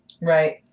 Right